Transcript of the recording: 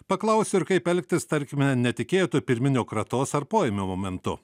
paklausiu ir kaip elgtis tarkime netikėto pirminio kratos ar poėmio momentu